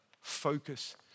focus